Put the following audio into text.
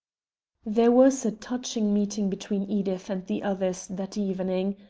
there was a touching meeting between edith and the others that evening.